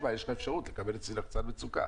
יש לך אפשרות לקבל אצלי לחצן מצוקה,